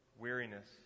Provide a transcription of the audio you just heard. weariness